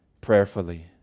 prayerfully